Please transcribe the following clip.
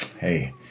hey